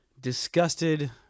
disgusted